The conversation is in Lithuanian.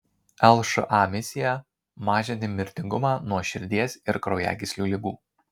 lša misija mažinti mirtingumą nuo širdies ir kraujagyslių ligų